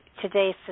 today's